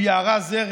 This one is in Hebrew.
ליערה זרד,